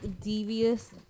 devious